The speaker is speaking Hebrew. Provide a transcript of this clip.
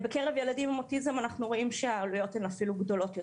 בקרב ילדים עם אוטיזם אנחנו רואים שהעלויות הן אפילו גדולות יותר.